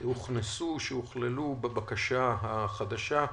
שהוכנסו, שהוכללו בבקשה החדשה.